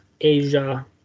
asia